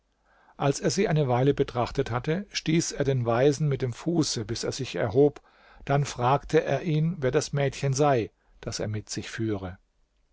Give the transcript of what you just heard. als er sie eine weile betrachtet hatte stieß er den weisen mit dem fuße bis er sich erhob dann fragte er ihn wer das mädchen sei das er mit sich führe